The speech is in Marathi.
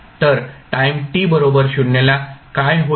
तर टाईम t बरोबर 0 ला काय होईल